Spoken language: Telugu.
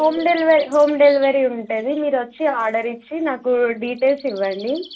హోమ్ డెలివరి హోమ్ డెలివరీ ఉంటుంది మీరు వచ్చి ఆర్డర్ ఇచ్చి నాకు డీటెయిల్స్ ఇవ్వండి